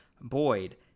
Boyd